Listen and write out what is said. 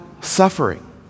suffering